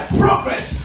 progress